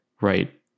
Right